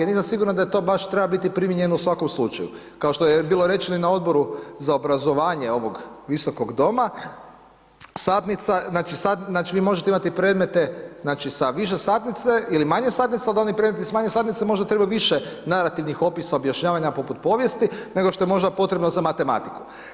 Nisam siguran da to treba biti primijenjeno u svakom slučaju, kao što je bilo rečeno na Odboru za obrazovanje ovog visokog doma, vi možete imati predmete sa više satnice ili manje satnice, ali da oni predmeti s manje satnice možda trebaju narativnih opisa, objašnjavanja poput povijesti, nego što je možda potrebno za matematiku.